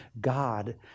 God